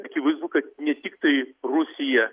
akivaizdu kad ne tiktai rusija